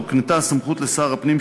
הוקנתה הסמכות לשר הפנים,